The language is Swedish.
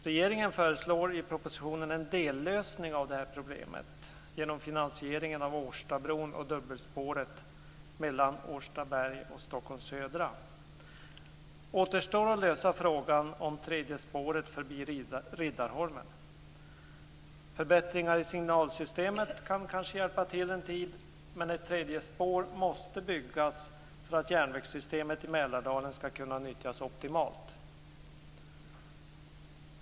Regeringen föreslår i propositionen en dellösning av det här problemet genom finansieringen av Årstabron och dubbelspåret mellan Årstaberg och Stockholms södra. Återstår att lösa frågan om tredje spåret förbi Riddarholmen. Förbättringar i signalsystemet kan kanske hjälpa till en tid, men ett tredje spår måste byggas för att järnvägssystemet i Mälardalen skall kunna nyttjas optimalt.